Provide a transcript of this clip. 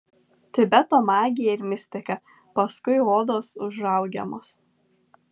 tibeto magija ir mistika paskui odos užraugiamos